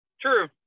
true